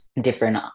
different